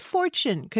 Fortune